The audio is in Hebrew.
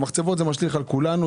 מחצבות זה דבר שמשליך על כולנו,